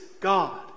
God